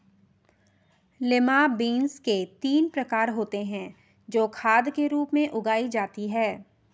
lima beans के तीन प्रकार होते हे जो खाद के रूप में उगाई जाती हें